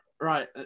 Right